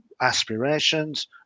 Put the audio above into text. aspirations